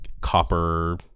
copper